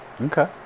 okay